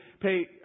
pay